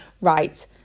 right